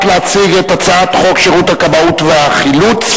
להציג את הצעת חוק שירות הכבאות והחילוץ,